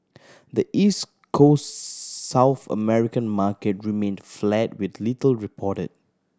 the East Coast South American market remained flat with little reported